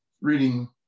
reading